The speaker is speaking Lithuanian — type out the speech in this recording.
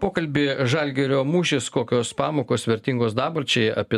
pokalbį žalgirio mūšis kokios pamokos vertingos dabarčiai apie